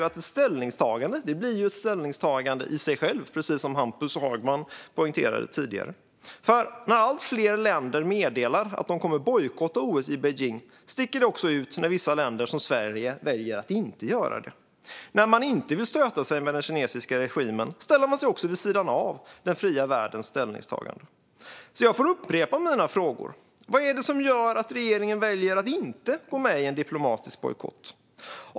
Men det blir ändå ett ställningstagande i sig självt, precis som Hampus Hagman poängterade tidigare, för när allt fler länder meddelar att de kommer att bojkotta OS i Beijing sticker det ut när länder som Sverige väljer att inte göra det. När man inte vill stöta sig med den kinesiska regimen ställer man sig också vid sidan av den fria världens ställningstagande. Jag får upprepa mina frågor: Vad är det som gör att regeringen väljer att inte gå med i en diplomatisk bojkott?